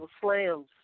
slams